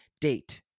Date